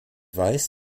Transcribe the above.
weiß